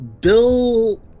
Bill